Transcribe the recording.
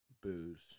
booze